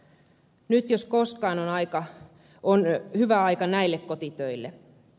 nyt jos koskaan on hyvä aika näille kotitöille